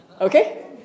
Okay